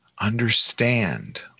understand